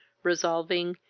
resolving,